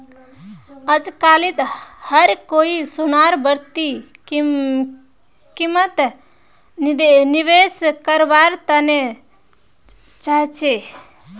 अजकालित हर कोई सोनार बढ़ती कीमतत निवेश कारवार तने चाहछै